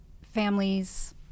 families